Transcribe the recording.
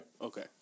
Okay